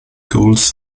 goals